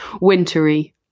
wintery